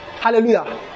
Hallelujah